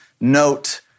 note